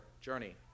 journey